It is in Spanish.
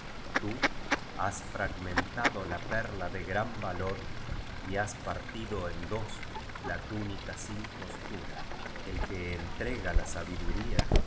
tú has fragmen tado la perla de gran valon y has partido en dos la túnica sin costura el que entrega la sabiduría se